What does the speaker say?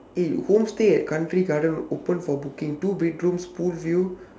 eh homestay at country garden open for booking two bedrooms full view